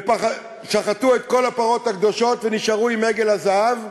ושחטו את כל הפרות הקדושות ונשארו עם עגל הזהב,